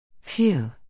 Phew